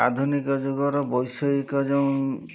ଆଧୁନିକ ଯୁଗର ବୈଷୟିକ ଯେଉଁ